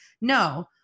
No